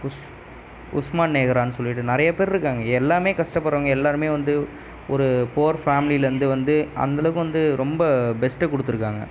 உஷ் உஷ்மா நேக்ரானு சொல்லிகிட்டு நிறைய பேரு இருக்காங்கள் எல்லாமே கஷ்டப்படுகிறவங்க எல்லாருமே வந்து ஒரு புவர் ஃபேமிலிலேருந்து வந்து அந்தளவுக்கு வந்து ரொம்ப பெஸ்ட்டை கொடுத்துருக்காங்க